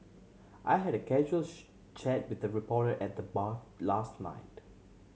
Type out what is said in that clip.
I had a casual chat with a reporter at the bar last night